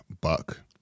Buck